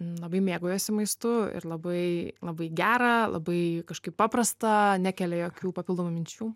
labai mėgaujuosi maistu ir labai labai gera labai kažkaip paprasta nekelia jokių papildomų minčių ir būdelės